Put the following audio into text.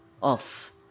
off